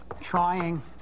trying